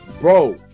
bro